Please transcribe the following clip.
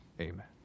amen